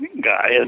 guy